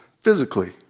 physically